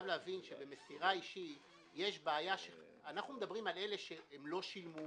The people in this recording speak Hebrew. במסירה אישית אנחנו מדברים על אלה שלא שילמו.